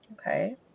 Okay